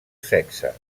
sexe